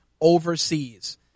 overseas